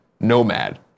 nomad